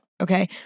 okay